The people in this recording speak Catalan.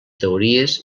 teories